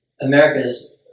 America's